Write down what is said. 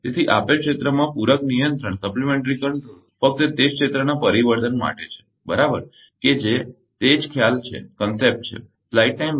તેથી આપેલ ક્ષેત્રમાં પૂરક નિયંત્રણ ફક્ત તે જ ક્ષેત્રના પરિવર્તન માટે છે બરાબર કે જે તે જ ખ્યાલ છે